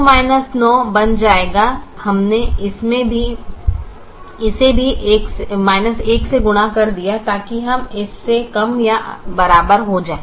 9 9 बन जाएगा हमने इसे भी 1 से गुणा कर दिया ताकि हम इससे कम या बराबर हो जाएं